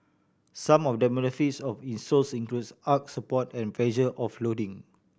some of the of insoles includes arch support and pressure offloading